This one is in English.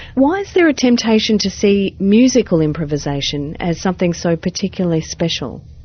why is there a temptation to see musical improvisation as something so particularly special?